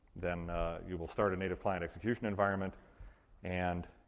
then you will start a native client execution environment and.